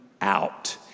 out